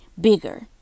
bigger